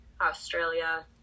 Australia